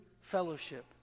fellowship